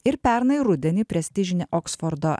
ir pernai rudenį prestižinė oksfordo